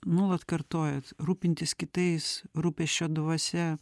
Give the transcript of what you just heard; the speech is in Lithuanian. nuolat kartojat rūpintis kitais rūpesčio dvasia